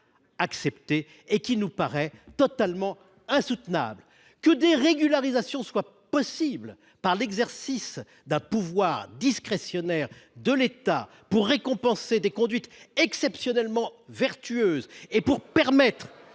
telle mesure nous paraît totalement insoutenable. Que des régularisations soient possibles par l’exercice d’un pouvoir discrétionnaire de l’État, pour récompenser des conduites exceptionnellement vertueuses et pour permettre